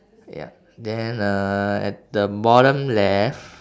ya then uh at the bottom left